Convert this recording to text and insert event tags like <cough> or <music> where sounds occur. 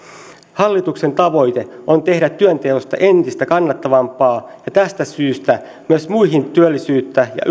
hallituksen tavoite on tehdä työnteosta entistä kannattavampaa ja tästä syystä myös muihin työllisyyttä ja <unintelligible>